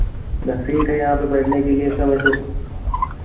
ना सीट है यहाँ पे बैठने के लिए समय से